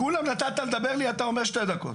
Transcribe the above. לכולם נתת לדבר, לי אתה אומר שתי דקות.